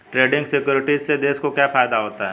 Trading securities से देश को क्या फायदा होता है?